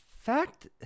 fact